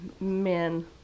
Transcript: men